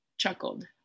chuckled